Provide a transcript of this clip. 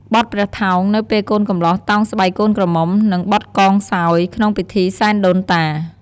បទព្រះថោង នៅពេលកូនកំលោះតោងស្បៃកូនក្រមំុ និងបទកងសោយ ក្នុងពិធីសែនដូនតា។